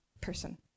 person